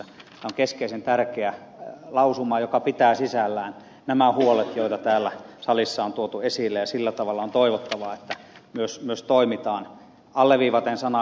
tämä on keskeisen tärkeä lausuma joka pitää sisällään nämä huolet joita täällä salissa on tuotu esille ja sillä tavalla on toivottavaa että myös toimitaan alleviivaten sanaa verkostoperiaate